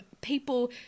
people